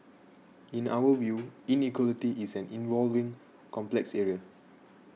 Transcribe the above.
in our view inequality is an evolving complex area